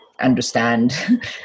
understand